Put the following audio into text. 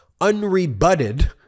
unrebutted